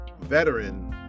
veteran